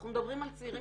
אנחנו מדברים על צעירים